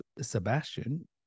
Sebastian